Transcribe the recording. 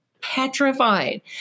petrified